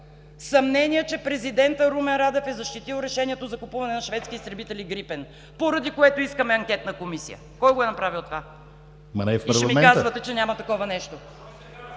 „Съмнение, че президентът Румен Радев е защитил решението за закупуване на шведски изтребители „Грипен“, поради което искаме анкетна комисия.“ Кой е направил това? И ми казвате, че няма такова нещо!